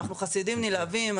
אנחנו חסידים נלהבים.